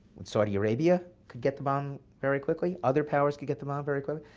saudi arabia could get the bomb very quickly. other powers could get the bomb very quickly.